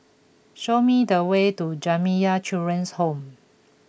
show me the way to Jamiyah Children's Home